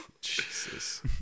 Jesus